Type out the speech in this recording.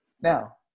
Now